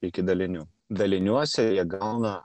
iki dalinių daliniuose jie gauna